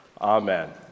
Amen